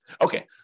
Okay